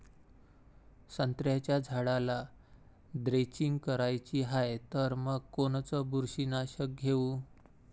संत्र्याच्या झाडाला द्रेंचींग करायची हाये तर मग कोनच बुरशीनाशक घेऊ?